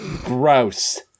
Gross